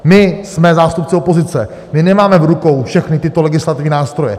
My jsme zástupce opozice, my nemáme v rukou všechny tyto legislativní nástroje.